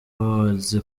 awards